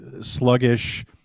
sluggish